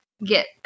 get